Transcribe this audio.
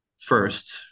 first